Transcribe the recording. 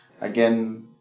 again